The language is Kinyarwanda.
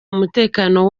umutekano